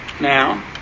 now